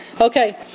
okay